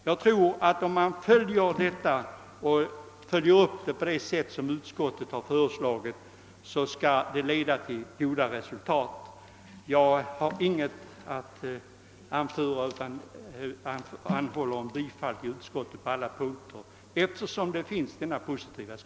Jag tror att det kommer att leda till goda resultat om man följer upp denna fråga på det sätt som utskottet föreslår. Med anledning av utskottets positiva skrivning har jag inget annat yrkande än om bifall till utskottets hemställan.